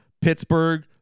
Pittsburgh